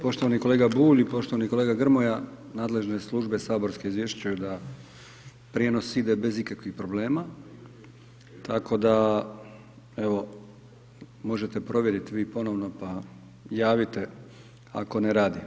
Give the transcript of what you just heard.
Poštovani kolega Bulj i poštovani kolega Grmoja, nadležne službe saborske izvješćuju da prijenos ide bez ikakvih problema tako da, evo, možete provjeriti vi ponovno pa javite ako ne radi.